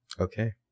Okay